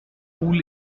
wool